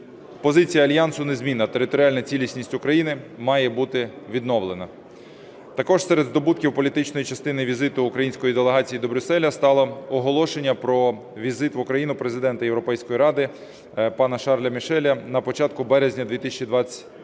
Позиція Альянсу незмінна: територіальна цілісність України має бути відновлена. Також серед здобутків політичної частини візиту української делегації до Брюсселя стало оголошення про візит в Україну Президента Європейської Ради пана Шарля Мішеля на початку березня 2021 року